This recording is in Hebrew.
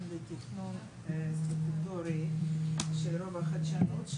שקלים בתכנון סטטוטורי של רובע החדשנות.